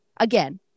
Again